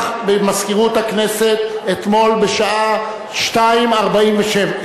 במזכירות הכנסת אתמול בשעה 14:47,